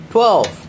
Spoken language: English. Twelve